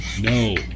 No